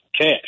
cash